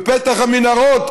בפתח המנהרות,